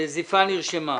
הנזיפה נרשמה.